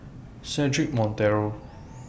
Cedric Monteiro